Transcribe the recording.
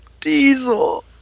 Diesel